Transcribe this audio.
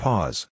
Pause